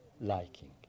liking